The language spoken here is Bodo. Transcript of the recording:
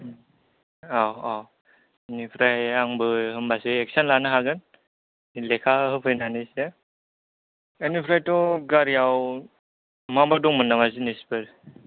औ औ बिनिफ्राय आंबो होनबासो एकसन लानो हागोन लेखा होफैनानैसो बिनिफ्रायथ' गारियाव माबा दंमोन नामा जिनिसफोर